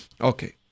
Okay